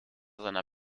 seiner